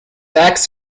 acts